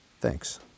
Thanks